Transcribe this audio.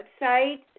website